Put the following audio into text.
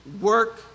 work